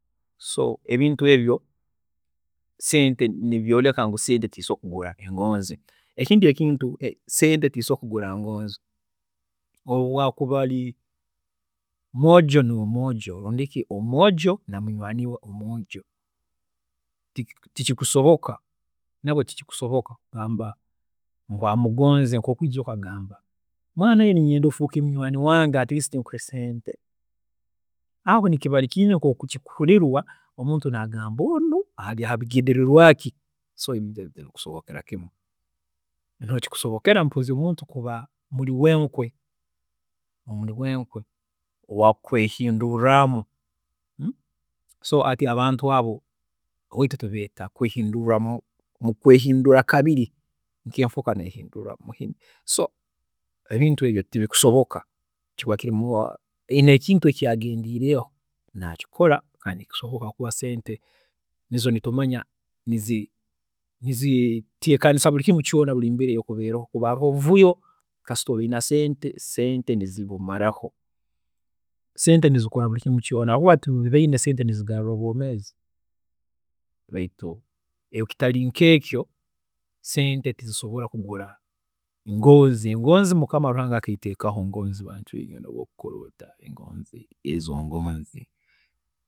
﻿So ebintu ebyo sente nibyooreka ngu sente tizisobola kugura engoonzi. Ekintu ekindi sente tizisobola kugura engoonzi, obu akuba ari mwoojo n'omwoojo rundi ki omwoojo na munywaani we omwoojo, tiki tikikusoboka nabwe tikikusoboka kugamba ngu amugonza nkoku oija okagambe ngu mwaana iwe ninyenda ofuuke munywaani wange hakire nkuhe sente, aho nikiba kiine nkoku kikuhurirwa, omuntu nagamba onu ari habigendererwaaki, so tikikusobokera kimu, mbere kikusobokera niho omuntu kuba ari muri wenkwe, omuri wenkwe owaakukwehindulirramu, so hati abantu abo oweitu tubeeta okwehindurraamu, okwehindura kabiri nk'enfuka nk'enfuka neyehinduurra mumuhini. So ebintu ebi tibikusoboka nikiba kirumu haine ekintu eki agendiireho, nakikora kandi nikisoboka habwokuba sente izo tomanya nizi niziteekaniza buri kintu kyoona buri mbeera eyi okuba orumu nka emivuyo kasita oba oyine sente, sente nizibumaramu, sente nizikora buli kimu kyoona habwokuba sente nizigarra obwoomeezi baitu ekitari nkekyo, sente tizisobola kugura ngonzi, engonzi Mukama Ruhanga akaiteekaho ngonzi bantu inywe, nobu okukora ota engonzi ezo ngonzi.